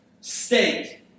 state